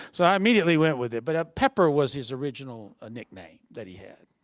so i immediately went with it. but ah pepper was his original ah nickname that he had.